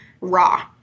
raw